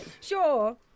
Sure